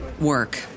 work